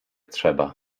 trzeba